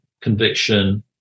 conviction